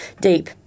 deep